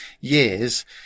years